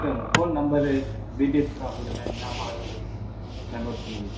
sir உங்கள் phone number டீடெயில்ஸ்லாம் சொல்கிறிங்களா என்ன மாடலு என்னன்னு நான் நோட் பண்ணிக்கிறேன்